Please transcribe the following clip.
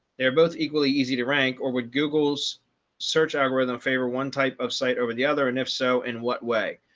they're both equally easy to rank or would google's search algorithm favor one type of site over the other? and if so, in what way?